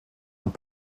und